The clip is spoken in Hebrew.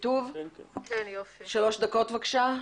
שלום לכולם.